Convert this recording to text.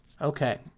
Okay